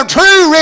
true